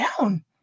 down